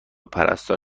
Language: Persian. پرستار